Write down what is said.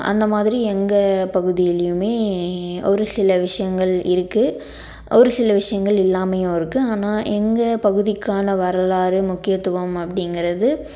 அந்த மாதிரி எங்கள் பகுதியிலேயுமே ஒரு சில விஷயங்கள் இருக்குது ஒரு சில விஷயங்கள் இல்லாமையும் இருக்குது ஆனால் எங்கள் பகுதிக்கான வரலாறு முக்கியத்துவம் அப்படிங்கறது